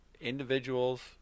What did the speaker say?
Individuals